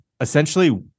essentially